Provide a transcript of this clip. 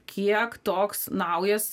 kiek toks naujas